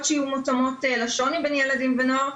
שיהיו מותאמות לשוני בין ילדים ונוער,